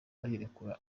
arirekura